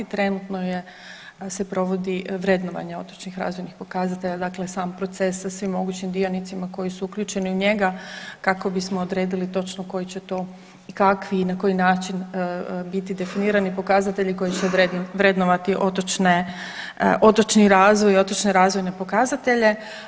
Trenutno je, se provodi vrednovanje otočnih razvojnih pokazatelja, dakle sam proces sa svim mogućim dionicima koji su uključeni u njega kako bismo odredili točno koji će to, kakvi i na koji način biti definirani pokazatelji koji će vrednovati otočne, otočni razvoj i otočne razvojne pokazatelje.